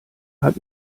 hat